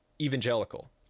evangelical